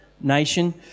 nation